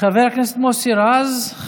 חבר הכנסת מוסי רז.